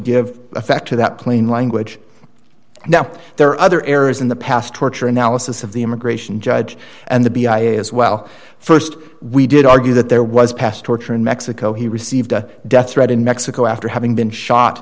give effect to that plain language now there are other errors in the past torture analysis of the immigration judge and the as well st we did argue that there was past torture in mexico he received a death threat in mexico after having been shot